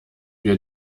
wir